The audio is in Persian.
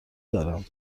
دارم